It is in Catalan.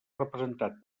representat